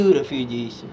refugees